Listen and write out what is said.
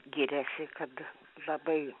giriasi kad labai